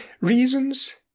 reasons